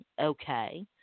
okay